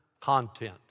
content